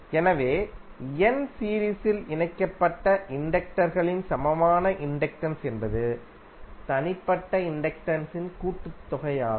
எனவே n சீரீஸில் இணைக்கப்பட்ட இண்டக்டர்களின் சமமான இண்டக்டன்ஸ் என்பது தனிப்பட்ட இண்டக்டன்ஸ் கூட்டுத்தொகை ஆகும்